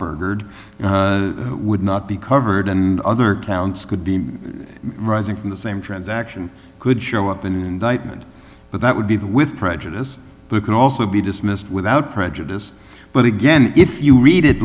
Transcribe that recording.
burgard would not be covered and other counts could be rising from the same transaction could show up in an indictment but that would be the with prejudice but it can also be dismissed without prejudice but again if you read it